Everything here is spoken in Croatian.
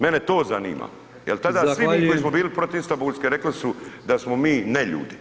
Mene to zanima jel tada [[Upadica: Zahvaljujem]] svi mi koji smo bili protiv Istambulske rekli su da smo mi neljudi